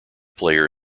player